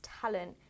talent